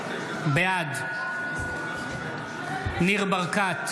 בעד ניר ברקת,